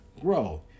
grow